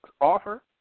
offer